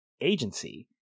agency